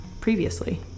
previously